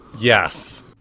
yes